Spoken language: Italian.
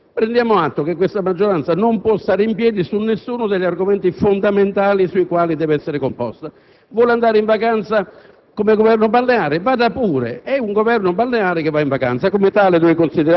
prendiamo atto del fatto che la maggioranza non è in grado di discutere di Vicenza, perché discutendo di Vicenza si divide. Oggi ha deciso di non dividersi, vuole andare in vacanza senza mostrare divisioni: